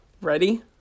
Ready